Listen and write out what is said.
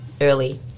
early